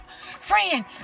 friend